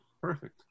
Perfect